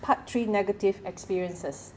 part three negative experiences